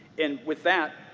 and, with that,